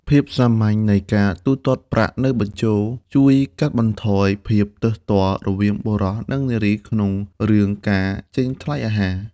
ភាពសាមញ្ញនៃការទូទាត់ប្រាក់នៅបញ្ជរ ជួយកាត់បន្ថយភាពទើសទាល់រវាងបុរសនិងនារីក្នុងរឿងការចេញថ្លៃអាហារ